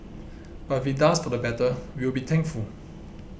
but if it does for the better we will be thankful